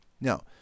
Now